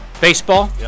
Baseball